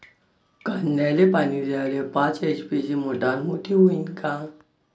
कांद्याले पानी द्याले पाच एच.पी ची मोटार मोटी व्हईन का?